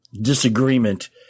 disagreement